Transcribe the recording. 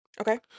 Okay